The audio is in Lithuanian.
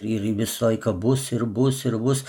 ir ir visą laiką būsi ir būsi ir bus